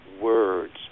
words